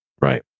Right